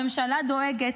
הממשלה דואגת,